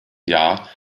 jahr